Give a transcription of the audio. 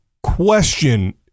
Question